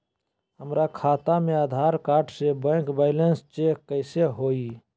हमरा खाता में आधार कार्ड से बैंक बैलेंस चेक कैसे हुई?